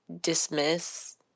dismiss